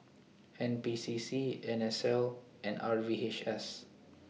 N P C C N S L and R V H S